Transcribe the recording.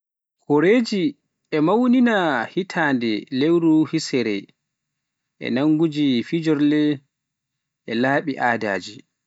Koreeji e mawnina hitaande lewru hesere e ñaamduuji, pijirlooji, e laabi aadaaji